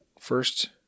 first